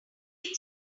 big